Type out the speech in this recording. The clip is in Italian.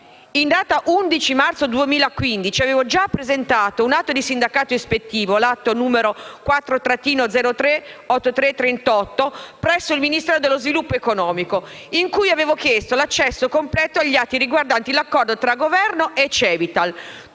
In data 11 marzo 2015 avevo già presentato l'atto di sindacato ispettivo 4-03838, presso il Ministero dello sviluppo economico, in cui avevo chiesto accesso completo agli atti riguardanti l'accordo tra Governo e Cevital.